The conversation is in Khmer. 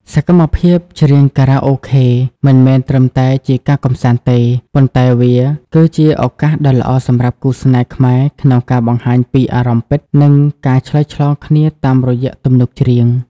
សកម្មភាពច្រៀងខារ៉ាអូខេ មិនមែនត្រឹមតែជាការកម្សាន្តទេ ប៉ុន្តែវាគឺជាឱកាសដ៏ល្អសម្រាប់គូស្នេហ៍ខ្មែរក្នុងការបង្ហាញពីអារម្មណ៍ពិត និងការឆ្លើយឆ្លងគ្នាតាមរយៈទំនុកច្រៀង។